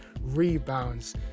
rebounds